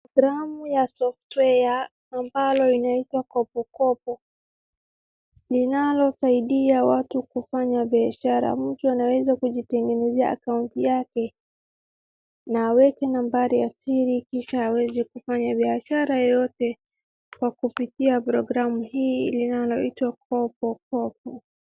Programu ya software[cs ambalo linaitwa kopokopo, linalosaidia watu kufanya biashara. Mtu anaweza kujitengeneea akaunti yake na aweke nambari ya siri kisha aweze kufanya biashara yeyote kwa kupitia programu hii inayoitwa kopokopo.